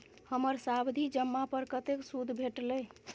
हमर सावधि जमा पर कतेक सूद भेटलै?